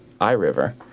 iRiver